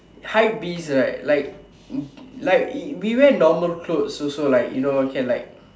hypebeast right like like we wear normal clothes also like you know can like